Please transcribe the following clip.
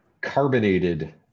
carbonated